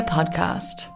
Podcast